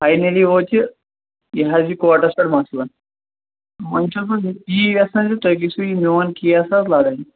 finally ووت یہِ یہِ حظ یہِ کورٹس پٮ۪ٹھ مسلہٕ وۄنۍ چھُس بہٕ یی یژھان زِ تُہۍ گٔژھِو یہِ میون کیس حظ لَڑٕنۍ